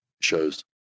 shows